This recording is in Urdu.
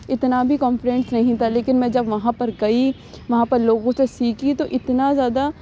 اتنا بھی کونفڈینس نہیں تھا لیکن میں جب وہاں پر گئی وہاں پر لوگوں سے سیکھی تو اتنا زیادہ